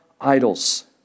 idols